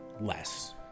less